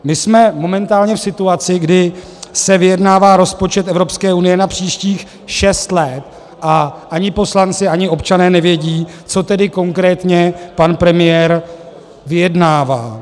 My jsme momentálně v situaci, kdy se vyjednává rozpočet Evropské unie na příštích šest let, a ani poslanci, ani občané nevědí, co tedy konkrétně pan premiér vyjednává.